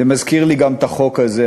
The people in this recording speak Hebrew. זה מזכיר לי גם את החוק הזה.